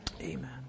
amen